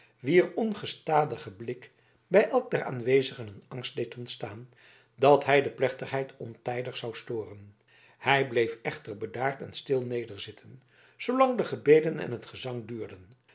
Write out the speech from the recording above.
wier ongestadige blik bij elk der aanwezigen den angst deed ontstaan dat hij de plechtigheid ontijdig zou storen hij bleef echter bedaard en stil nederzitten zoolang de gebeden en het gezang duurden